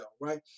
right